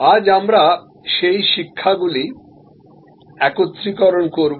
আজ আমরা সেই শিক্ষাগুলি একত্রীকরণ করব